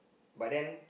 but then